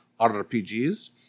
RPGs